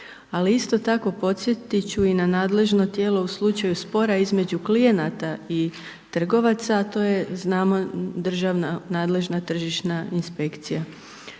ali isto tako podsjetiti ću i na nadležno tijelo u slučaju spora između klijenata i trgovaca, a to je znamo Državna nadležna tržišna inspekcija.